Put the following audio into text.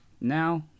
Now